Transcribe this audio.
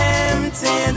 empty